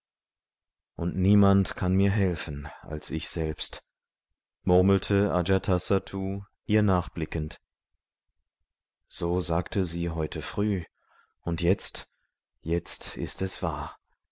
und niemand kann mir helfen als ich selbst murmelte ajatasattu ihr nachblickend so sagte sie heute früh und jetzt jetzt ist es wahr